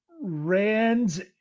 Rands